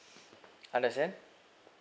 understand